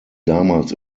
damals